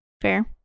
fair